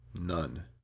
None